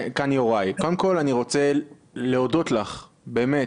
קודם כל, אני רוצה להודות לך באמת.